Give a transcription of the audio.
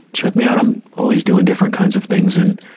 check me out. i'm always doing different kinds of things. and,